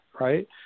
right